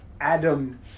Adam